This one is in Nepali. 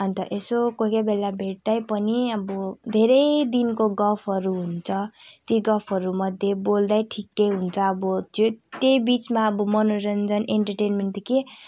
अन्त यसो कोही कोही बेला भेट्दै पनि अब धेरै दिनको गफहरू हुन्छ ती गफहरूमध्ये बोल्दै ठिकै हुन्छ अब त्यहीँ बिचमा अब मनोरञ्जन इन्टरटेन्मेन्ट त के